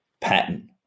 pattern